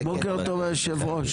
בוקר טוב היושב-ראש,